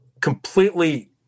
completely